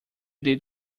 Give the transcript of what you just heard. did